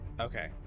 Okay